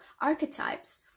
archetypes